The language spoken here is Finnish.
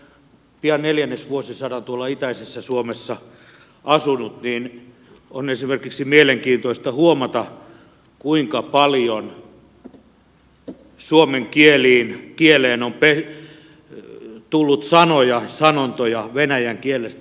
kun olen pian neljännesvuosisadan tuolla itäisessä suomessa asunut niin on esimerkiksi mielenkiintoista huomata kuinka paljon suomen kieleen on tullut sanoja sanontoja venäjän kielestä